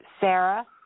Sarah